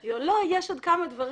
אמרתי לו: לא, יש עוד כמה דברים.